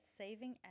saving